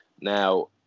Now